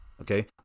Okay